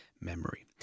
memory